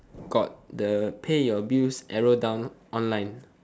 got the pay your bills arrow down online